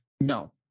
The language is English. No